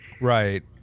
right